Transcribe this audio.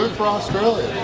for australia!